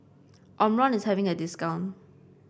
Omron is having a discount